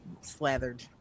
Slathered